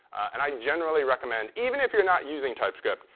and i generally recommend, even if you're not using typescript,